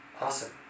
awesome